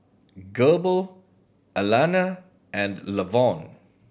Goebel Alannah and Lavon